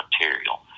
material